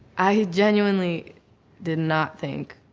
i genuinely did not think